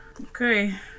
Okay